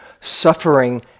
suffering